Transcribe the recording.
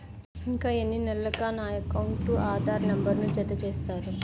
ఇంకా ఎన్ని నెలలక నా అకౌంట్కు ఆధార్ నంబర్ను జత చేస్తారు?